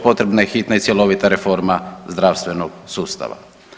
Potrebna je hitna i cjelovita reforma zdravstvenog sustava.